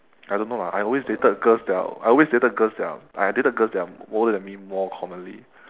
I don't know lah I always dated girls that are I always dated girls that are I dated girls that are older than me more commonly